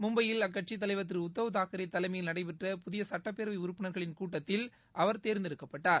மும்பையில் அக்கட்சித் தலைவர் திருஉத்தவ் தாக்கரேதலைமையில் நடைபெற்ற புதியசட்டப்பேரவைஉறுப்பினர்களின் கூட்டத்தில் அவர் தேர்ந்தெடுக்கப்பட்டார்